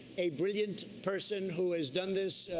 a brilliant person who has done this,